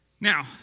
Now